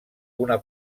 una